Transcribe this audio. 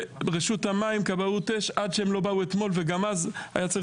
גם כשרשות המים וכבאות אש באו אתמול היה צריך